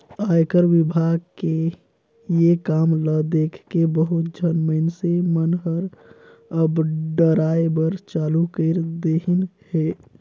आयकर विभाग के ये काम ल देखके बहुत झन मइनसे मन हर अब डराय बर चालू कइर देहिन हे